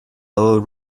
lower